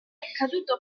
accaduto